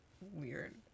weird